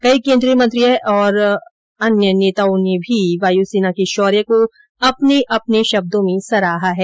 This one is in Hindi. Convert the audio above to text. कई केन्द्रीय मंत्रियों और नेताओं ने भी वायुसेना के शोर्य को अपने अपने शब्दों में सराहा है